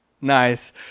Nice